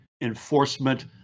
enforcement